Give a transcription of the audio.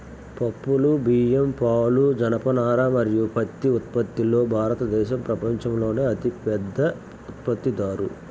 పప్పులు, బియ్యం, పాలు, జనపనార మరియు పత్తి ఉత్పత్తిలో భారతదేశం ప్రపంచంలోనే అతిపెద్ద ఉత్పత్తిదారు